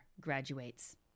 graduates